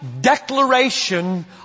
declaration